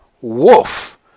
wolf